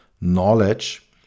knowledge